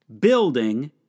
building